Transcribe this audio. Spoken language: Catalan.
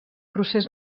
procés